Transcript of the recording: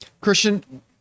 Christian